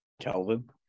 Kelvin